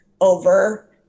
over